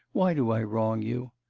why do i wrong you?